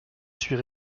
suis